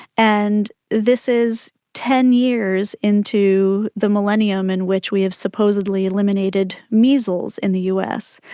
and this is ten years into the millennium in which we have supposedly eliminated measles in the us.